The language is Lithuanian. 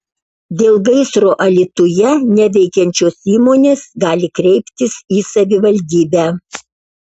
dėl gaisro alytuje neveikiančios įmonės gali kreiptis į savivaldybę